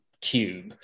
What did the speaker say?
cube